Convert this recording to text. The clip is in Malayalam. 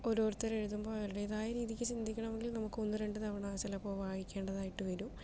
ഓരോരുത്തർ എഴുതുമ്പോൾ അവരുടേതായ രീതിക്ക് ചിന്തിക്കണം എങ്കിൽ നമുക്ക് ഒന്ന് രണ്ട് തവണ ചിലപ്പോൾ വായിക്കേണ്ടതായിട്ട് വരും